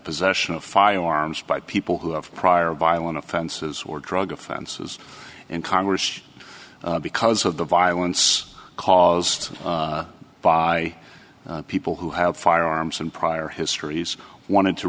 possession of firearms by people who have prior violent offenses or drug offenses in congress because of the violence caused by people who have firearms and prior histories wanted to